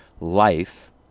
Life